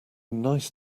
nice